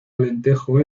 alentejo